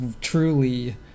truly